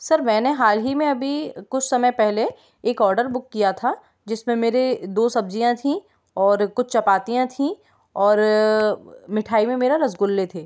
sir मैंने हाल ही में अभी कुछ समय पहले एक ऑडर बुक किया था जिस में मेरी दो सब्ज़ियाँ थी और कुछ चपातियाँ थी और मिठाई में मेरा रसगुल्ले थे